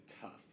tough